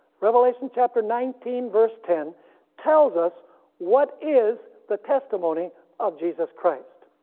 revelation chapter nineteen verse ten tells us what is the testimony of jesus christ.